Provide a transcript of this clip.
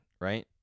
right